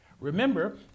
Remember